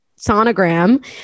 sonogram